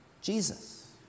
Jesus